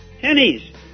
Pennies